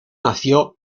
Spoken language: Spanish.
nació